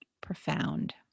profound